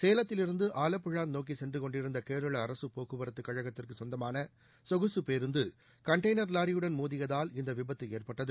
சேலத்திலிருந்து ஆலப்புழா நோக்கி சென்றுக் கொண்டிருந்த கேரள அரசு போக்குவரத்து கழகத்துக்கு சொந்தமான சொகுசு பேருந்து கண்டெய்னர் லாரியுடன் மோதியதால் இந்த விபத்து ஏற்பட்டது